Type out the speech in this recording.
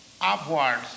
upwards